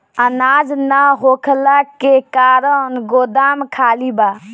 अनाज ना होखला के कारण गोदाम खाली बा